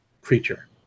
creature